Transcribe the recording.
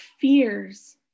fears